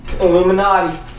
Illuminati